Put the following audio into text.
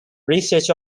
research